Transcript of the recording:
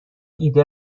ایده